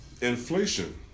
Inflation